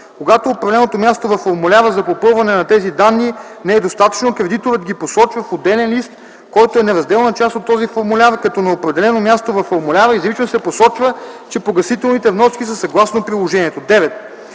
Когато определеното място във формуляра за попълване на тези данни не е достатъчно, кредиторът ги посочва в отделен лист, който е неразделна част от този формуляр, като на определеното място във формуляра изрично се посочва, че погасителните вноски са съгласно приложението.